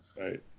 right